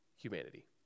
humanity